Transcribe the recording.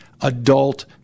adult